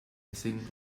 missing